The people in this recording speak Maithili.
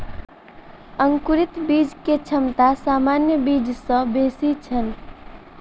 अंकुरित बीज के क्षमता सामान्य बीज सॅ बेसी छल